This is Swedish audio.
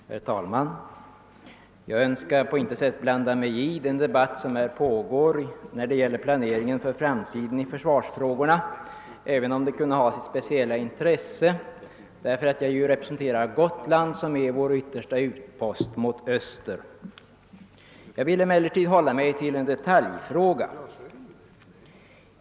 Herr talman! Jag önskar på intet sätt blanda mig i den debatt som här pågår när det gäller försvarets planering för framtiden, även om det kunde ha sitt speciella intresse, eftersom jag repre senterar Gotland som är vår yttersta utpost mot öster. Jag vill emellertid hålla mig till en detaljfråga.